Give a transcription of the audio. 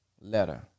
letter